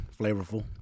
flavorful